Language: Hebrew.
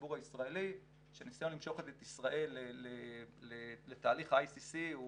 בציבור הישראלי שהניסיון למשוך את ישראל לתהליך ה-ICC הוא